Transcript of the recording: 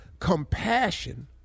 compassion